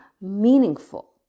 meaningful